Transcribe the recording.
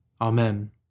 Amen